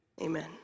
amen